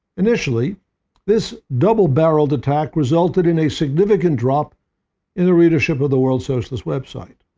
initially this double-barreled attack resulted in a significant drop in the readership of the world socialist web site.